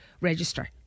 register